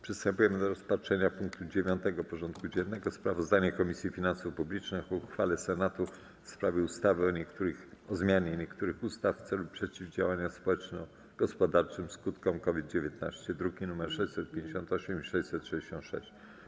Przystępujemy do rozpatrzenia punktu 9. porządku dziennego: Sprawozdanie Komisji Finansów Publicznych o uchwale Senatu w sprawie ustawy o zmianie niektórych ustaw w celu przeciwdziałania społeczno-gospodarczym skutkom COVID-19 (druki nr 653 i 666)